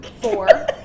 four